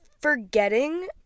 forgetting